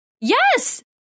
Yes